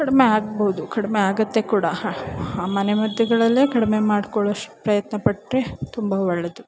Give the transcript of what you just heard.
ಕಡಿಮೆ ಆಗ್ಬೋದು ಕಡಿಮೆ ಆಗುತ್ತೆ ಕೂಡ ಆ ಮನೆ ಮದ್ದುಗಳಲ್ಲೇ ಕಡಿಮೆ ಮಾಡ್ಕೊಳ್ಳೊ ಶ್ ಪ್ರಯತ್ನ ಪಟ್ಟರೆ ತುಂಬ ಒಳ್ಳೆಯದು